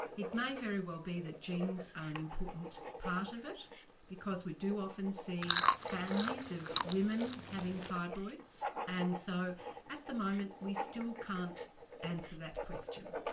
it may very well be that genes are an important part of it because we do often see families of women having fibroids and so at the moment we still can't answer that question.